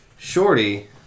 Shorty